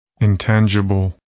Intangible